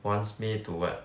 wants me to what